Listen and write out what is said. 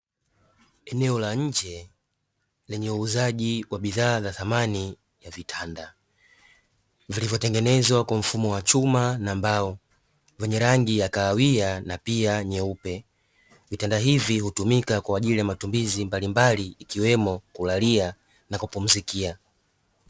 Eneo la nje yenye wauzaji wa bidhaa za samani ya vitanda. Vilivyotengenezwa kwa mfumo wa chuma na mbao wenye rangi yakahawia na pia nyeupe, vitanda hivi hutumika kwa ajili ya matumizi mbalimbali ikiwemo kulalia na kupumzikia.